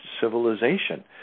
civilization